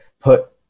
put